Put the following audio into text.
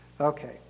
Okay